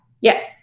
yes